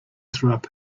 through